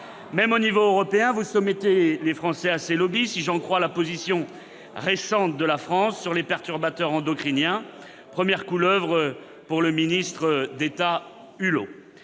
Même au niveau européen, vous soumettez les Français à ces lobbys, si j'en crois la position récente de la France sur les perturbateurs endocriniens, première couleuvre pour le ministre d'État Hulot